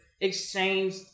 exchange